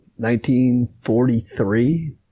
1943